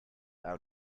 out